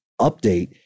update